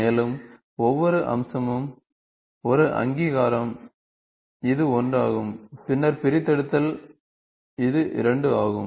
மேலும் ஒவ்வொரு அம்சமும் ஒரு அங்கீகாரம் இது ஒன்றாகும் பின்னர் பிரித்தெடுத்தல் இது இரண்டு ஆகும்